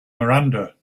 miranda